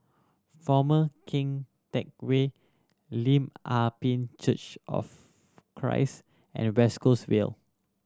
Former Keng Teck Whay Lim Ah Pin Church of Christ and West Coast Vale